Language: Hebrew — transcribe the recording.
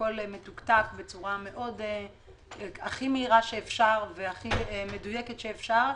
הכול מטוקטק בצורה הכי מהירה שאפשר והכי מדויקת שאפשר,